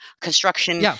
construction